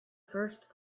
first